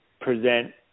present